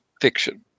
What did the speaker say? fiction